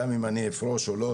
גם אם אני אפרוש או לא,